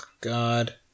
God